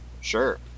sure